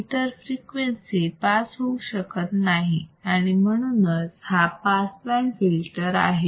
इतर frequency pass होऊ शकत नाही आणि म्हणूनच हा पास बँड फिल्टर आहे